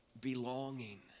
belonging